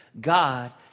God